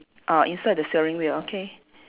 ah inside the steering wheel okay